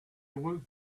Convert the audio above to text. awoke